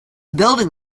building